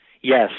yes